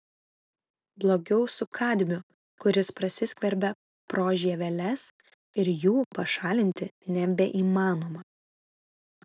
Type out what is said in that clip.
blogiau su kadmiu kuris prasiskverbia pro žieveles ir jų pašalinti nebeįmanoma